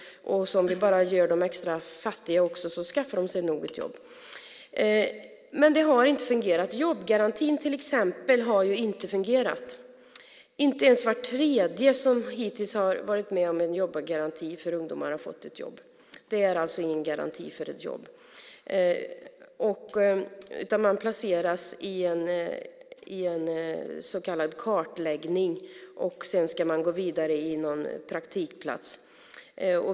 Och om vi dessutom gör dem ännu fattigare skaffar de sig nog ett jobb. Till exempel har jobbgarantin inte fungerat. Inte ens var tredje ungdom som hittills varit med i jobbgarantin har fått jobb. Det är alltså ingen garanti för att få ett jobb. Man placeras i en så kallad kartläggning, och sedan ska man gå vidare till en praktikplats.